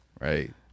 right